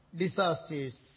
disasters